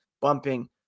bumping